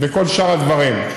וכל שאר הדברים.